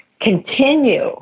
continue